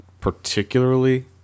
particularly